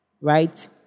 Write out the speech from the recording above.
Right